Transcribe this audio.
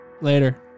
Later